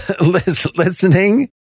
listening